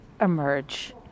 emerge